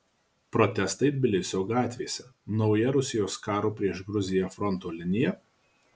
protestai tbilisio gatvėse nauja rusijos karo prieš gruziją fronto linija